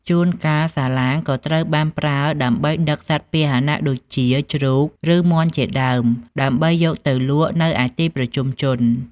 ជួនកាលសាឡាងក៏ត្រូវបានប្រើដើម្បីដឹកសត្វពាហនៈដូចជាជ្រូកឬមាន់ជាដើម ដើម្បីយកទៅលក់នៅឯទីប្រជុំជន។